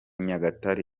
nyagatare